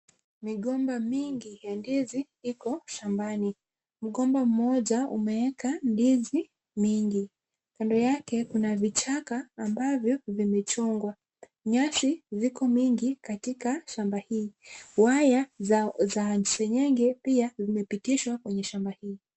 Migomba mingi ya ndizi iko shambani. Mgomba mmoja umeweka ndizi mingi. Kando yake kuna vichaka ambavyo vimechongwa. Nyasi viko mingi katika shamba hii. Waya za seng'enge pia zimepitishwa kwenye shamba hii.